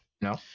no